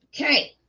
okay